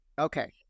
Okay